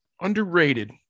Underrated